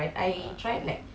mm